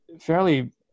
fairly